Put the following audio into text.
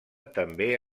també